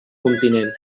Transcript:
continent